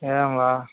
एवं वा